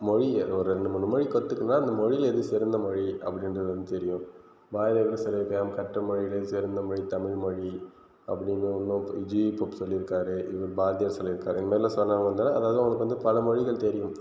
மொழியை ஒரு ரெண்டு மூணு மொழி கத்துகினால் இந்த மொழியில் எது சிறந்த மொழி அப்படின்றது வந்து தெரியும் பாரதியார் வந்து சொல்லியிருக்கார் நாம் கற்ற மொழிகளிலே சிறந்த மொழி தமிழ் மொழி அப்படின்னு இன்னொருத்தர் ஜியு போப் சொல்லியிருக்காரு இவரு பாரதியார் சொல்லியிருக்காரு இதுமாதிரிலான் சொன்னாங்கன்னால் அதாவது அவர்களுக்கு வந்து பல மொழிகள் தெரியும்